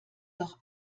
doch